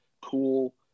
cool